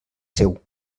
seu